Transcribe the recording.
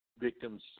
victims